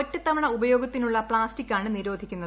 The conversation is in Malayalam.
ഒറ്റത്തവണ ഉപയോഗത്തിനുളള പ്ലാസ്റ്റിക്കാണ് നിരോധിക്കുന്നത്